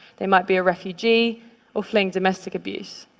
they might be a refugee or fleeing domestic abuse.